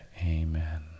amen